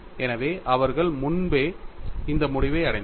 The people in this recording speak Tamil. எனவே அவர்கள் முன்பே இந்த முடிவை அடைந்தனர்